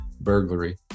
burglary